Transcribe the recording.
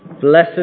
Blessed